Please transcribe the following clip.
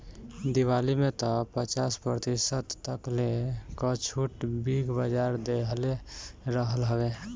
दीपावली में तअ पचास प्रतिशत तकले कअ छुट बिग बाजार देहले रहल हवे